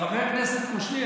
חבר כנסת קושניר,